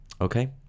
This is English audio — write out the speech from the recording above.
okay